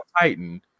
Titan